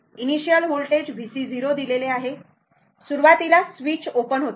initial voltage VC0 दिलेले आहे सुरुवातीला स्विच ओपन होता